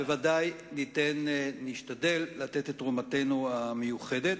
בוודאי נשתדל לתת את תרומתנו המיוחדת.